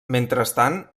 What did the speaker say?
mentrestant